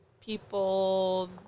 people